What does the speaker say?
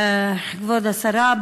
כבוד השרה,